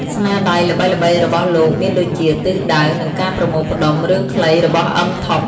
ស្នាដៃល្បីៗរបស់លោកមានដូចជា ទិសដៅ និងការប្រមូលផ្ដុំ រឿងខ្លីរបស់អ៊ឹម ថុក។